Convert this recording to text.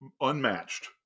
unmatched